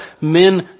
men